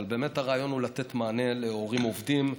אבל באמת הרעיון הוא לתת מענה להורים עובדים,